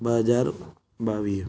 ॿ हज़ार ॿावीह